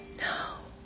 No